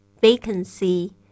Vacancy